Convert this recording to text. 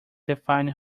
define